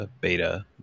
beta